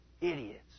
idiots